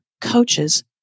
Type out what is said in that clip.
coaches